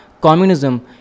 Communism